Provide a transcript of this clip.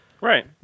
Right